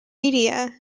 media